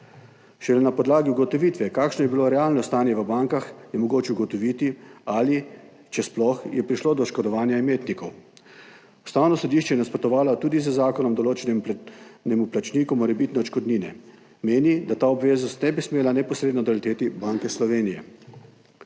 Šele na podlagi ugotovitve, kakšno je bilo realno stanje v bankah, je mogoče ugotoviti, ali, če sploh, je prišlo do oškodovanja imetnikov. Ustavno sodišče je nasprotovalo tudi z zakonom o določenem plačniku morebitne odškodnine. Meni, da ta obveznost ne bi smela neposredno doleteti Banko Slovenije.